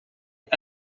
ait